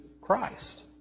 Christ